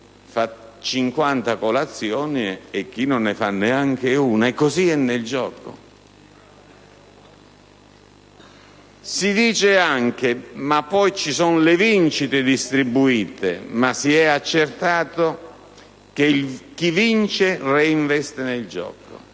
colazioni e chi non ne fa neanche una, e così avviene nel gioco. Si dice anche che poi le vincite sono distribuite, ma si è accertato che chi vince reinveste nel gioco,